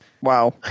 Wow